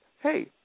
hey